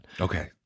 Okay